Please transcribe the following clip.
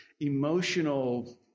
emotional